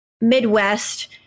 Midwest